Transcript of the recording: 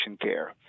care